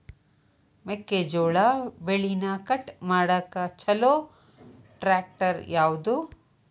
ಮೆಕ್ಕೆ ಜೋಳ ಬೆಳಿನ ಕಟ್ ಮಾಡಾಕ್ ಛಲೋ ಟ್ರ್ಯಾಕ್ಟರ್ ಯಾವ್ದು?